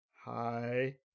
hi